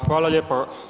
Hvala lijepo.